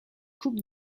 coupe